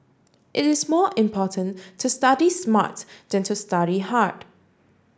it is more important to study smart than to study hard